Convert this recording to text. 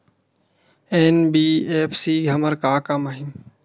NBFC हमर का काम आही?